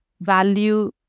value